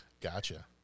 Gotcha